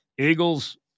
Eagles